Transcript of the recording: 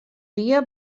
dia